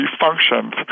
functions